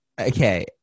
okay